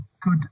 good